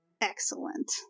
Excellent